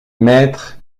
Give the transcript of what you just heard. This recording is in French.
maître